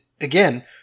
again